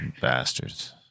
Bastards